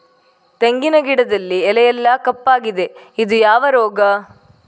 ತೆಂಗಿನ ಗಿಡದಲ್ಲಿ ಎಲೆ ಎಲ್ಲಾ ಕಪ್ಪಾಗಿದೆ ಇದು ಯಾವ ರೋಗ?